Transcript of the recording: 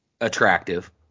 attractive